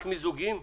רק מיזוגים?